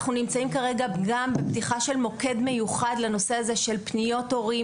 אנחנו נמצאים כרגע גם בפתיחה של מוקד מיוחד לנושא הזה של פניות הורים,